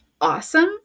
awesome